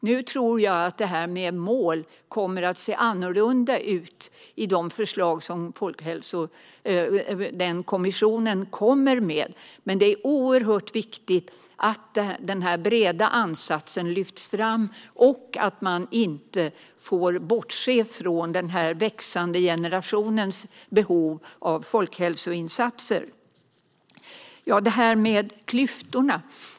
Jag tror dock att detta med mål kommer att se annorlunda ut i de förslag som Folkhälsokommissionen kommer med, men det är viktigt att den breda ansatsen lyfts fram och att man inte får bortse från denna växande generations behov av folkhälsoinsatser. Så till klyftorna.